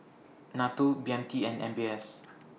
NATO B M T and M B S